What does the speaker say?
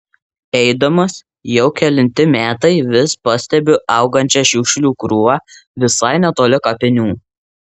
eidamas jau kelinti metai vis pastebiu augančią šiukšlių krūvą visai netoli kapinių